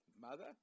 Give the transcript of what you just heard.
mother